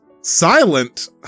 silent